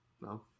No